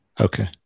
Okay